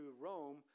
Rome